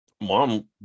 mom